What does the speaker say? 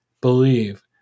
believe